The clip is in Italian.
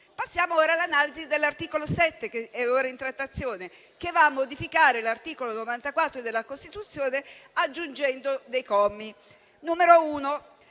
Passiamo all'analisi dell'articolo 7, ora in trattazione, che va a modificare l'articolo 94 della Costituzione, aggiungendo dei commi.